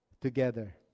together